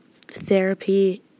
therapy